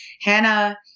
Hannah